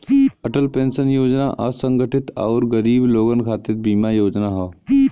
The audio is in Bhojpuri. अटल पेंशन योजना असंगठित आउर गरीब लोगन खातिर बीमा योजना हौ